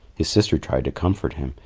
his sister tried to comfort him.